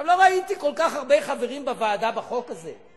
לא ראיתי כל כך הרבה חברים בוועדה בדיונים על החוק הזה,